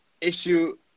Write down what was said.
issue